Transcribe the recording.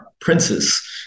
princes